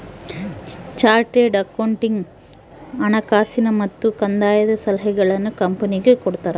chartered accountant ಹಣಕಾಸಿನ ಮತ್ತು ಕಂದಾಯದ ಸಲಹೆಗಳನ್ನು ಕಂಪನಿಗೆ ಕೊಡ್ತಾರ